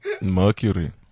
Mercury